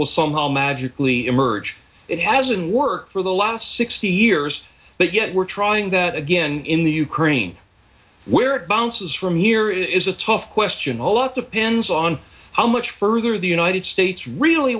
somehow magically emerge it hasn't worked for the last sixty years but yet we're trying again in the ukraine where it bounces from here is a tough question all up depends on how much further the united states really